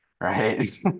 right